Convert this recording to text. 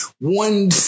one